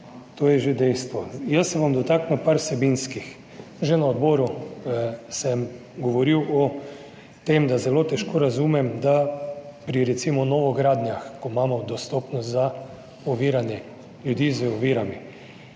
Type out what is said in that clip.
to je že dejstvo. Jaz se bom dotaknil nekaj vsebinskih. Že na odboru sem govoril o tem, da zelo težko razumem, da pri recimo novogradnjah, ko imamo dostopnost za ljudi z ovirami,